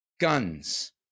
guns